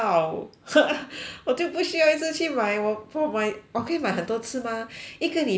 我就不需要一直去买我我买我可以买很多次 mah 一个礼拜有两